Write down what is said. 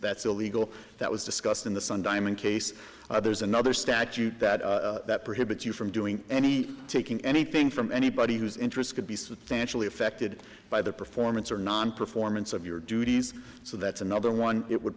that's illegal that was discussed in the sun diamond case there's another statute that prohibits you from doing any taking anything from anybody whose interest could be substantially affected by the performance or nonperformance of your duties so that's another one it would